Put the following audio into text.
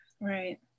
right